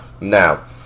Now